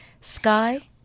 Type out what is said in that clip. Sky